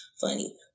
funny